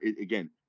again